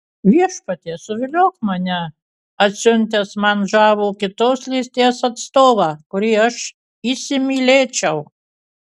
viešpatie suviliok mane atsiuntęs man žavų kitos lyties atstovą kurį aš įsimylėčiau